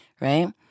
Right